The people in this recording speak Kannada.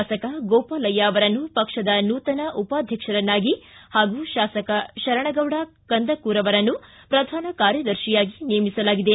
ಶಾಸಕ ಗೋಪಾಲಯ್ತ ಅವರನ್ನು ಪಕ್ಷದ ನೂತನ ಉಪಾಧ್ಯಕ್ಷರನ್ನಾಗಿ ಹಾಗೂ ಶಾಸಕ ಶರಣಗೌಡ ಕಂದಕೂರ್ ಅವರನ್ನು ಪ್ರಧಾನ ಕಾರ್ಯದರ್ಶಿಯಾಗಿ ನೇಮಿಸಲಾಗಿದೆ